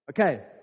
Okay